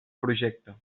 projecte